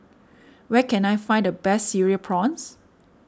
where can I find the best Cereal Prawns